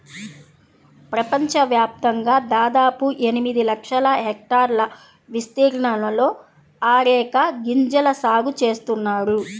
ప్రపంచవ్యాప్తంగా దాదాపు ఎనిమిది లక్షల హెక్టార్ల విస్తీర్ణంలో అరెక గింజల సాగు చేస్తున్నారు